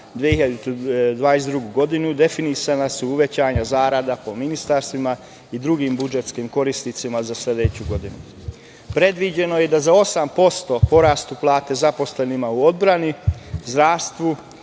2022. godinu, definisana su uvećanja zarada po ministarstvima i drugim budžetskim korisnicima za sledeću godinu. Predviđeno je da za 8% porastu plate zaposlenima u odbrani, zdravstvu